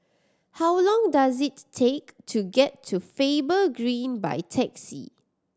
how long does it take to get to Faber Green by taxi